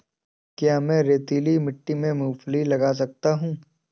क्या मैं रेतीली मिट्टी में मूँगफली लगा सकता हूँ?